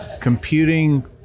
computing